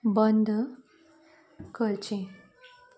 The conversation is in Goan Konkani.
बंद करचें